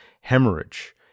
hemorrhage